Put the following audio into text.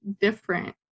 different